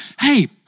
hey